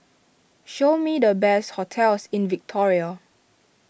show me the best hotels in Victoria